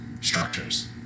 structures